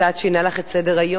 קצת שינה לך את סדר-היום,